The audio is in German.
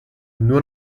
nur